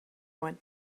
want